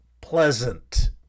pleasant